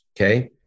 okay